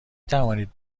توانید